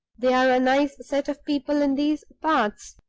they're a nice set of people in these parts